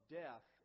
death